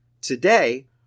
Today